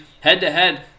Head-to-head